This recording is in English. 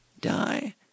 die